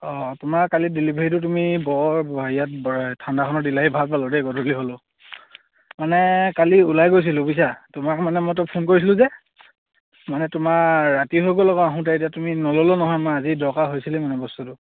অঁ তোমাৰ কালি ডেলিভাৰীটো তুমি বৰ হেৰিয়াত ঠাণ্ডাখনত দিলাহি ভাল পালো দেই গধূলি হ'লেও মানে কালি ওলাই গৈছিলোঁ বুইছা তোমাক মানে মইতো ফোন কৰিছিলোঁ যে মানে তোমাৰ ৰাতি হৈ গ'ল আকৌ আহোঁতে এতিয়া তুমি নল'লেও নহয় মই আজি দৰকাৰ হৈছিলেই মানে বস্তুটো